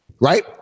right